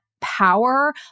power